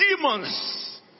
demons